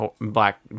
black